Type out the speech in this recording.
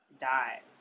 die